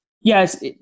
Yes